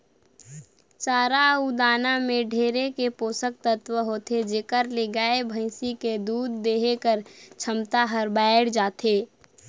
चारा अउ दाना में ढेरे के पोसक तत्व होथे जेखर ले गाय, भइसी के दूद देहे कर छमता हर बायड़ जाथे